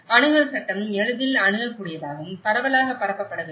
அணுகல் சட்டம் எளிதில் அணுகக்கூடியதாகவும் பரவலாகப் பரப்பப்பட வேண்டும்